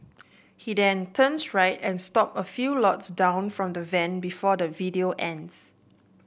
he then turns right and stop a few lots down from the van before the video ends